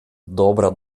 добра